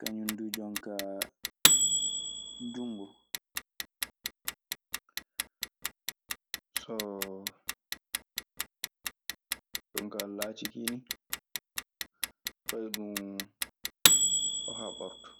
kañun duu jon kaa junngo. Soo jonkaa laaci kii ni, fay ɗun o haɓorto.